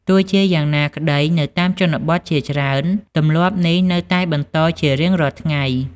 ទោះជាយ៉៉ាងណាក្ដី នៅតាមជនបទជាច្រើន ទម្លាប់នេះនៅតែបន្តជារៀងរាល់ថ្ងៃ។